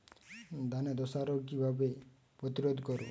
ধানে ধ্বসা রোগ কিভাবে প্রতিরোধ করব?